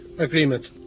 agreement